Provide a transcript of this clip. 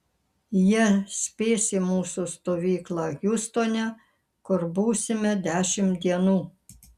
jie spės į mūsų stovyklą hjustone kur būsime dešimt dienų